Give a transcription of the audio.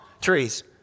trees